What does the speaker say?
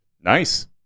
Nice